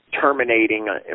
terminating